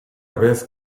vez